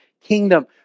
kingdom